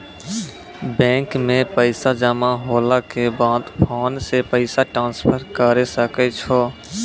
bank मे पैसा जमा होला के बाद फोन से पैसा ट्रांसफर करै सकै छौ